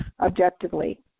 objectively